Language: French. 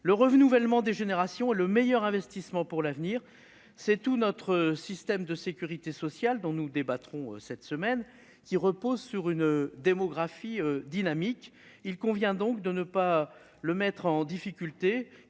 Le renouvellement des générations est le meilleur investissement pour l'avenir. Tout notre système de sécurité sociale, dont nous débattrons cette semaine, repose sur une démographie dynamique. Il convient donc de ne pas le mettre en difficulté